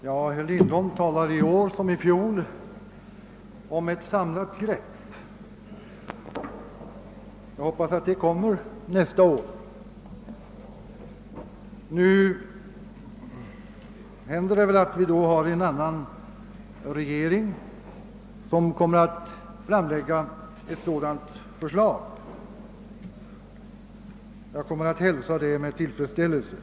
Herr Lindholm talar i år liksom i fjol om ett samlat grepp. Jag hoppas att detta kommer nästa år! Då kan det hända att vi har en annan regering, som framlägger ett sådant förslag, vilket jag skall hälsa med tillfredsställelse.